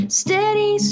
steady